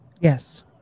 Yes